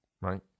Right